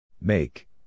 Make